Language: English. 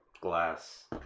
glass